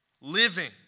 living